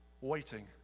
waiting